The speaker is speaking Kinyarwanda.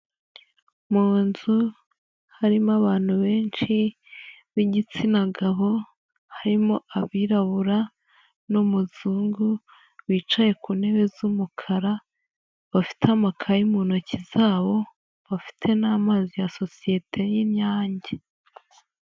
Mu nzu harimo abantu benshi b'igitsina gabo, harimo abirabura n'umuzungu bicaye ku ntebe z'umukara, bafite amakaye mu ntoki zabo, bafite n'amazi ya sosiyete y'Inyange.